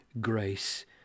grace